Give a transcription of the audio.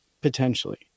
Potentially